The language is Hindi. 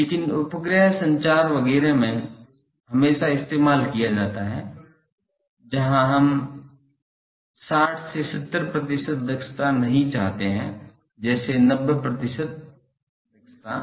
लेकिन उपग्रह संचार वगैरह में हमेशा इस्तेमाल किया जाता है जहाँ हम 60 70 प्रतिशत दक्षता नहीं चाहते हैं जैसे 90 प्रतिशत दक्षता